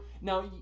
now